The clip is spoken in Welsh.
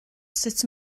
sut